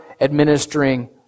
administering